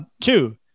two